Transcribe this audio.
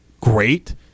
great